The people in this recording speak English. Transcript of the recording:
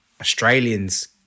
Australians